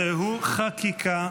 והוא חקיקה,